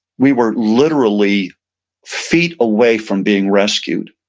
we were literally feet away from being rescued.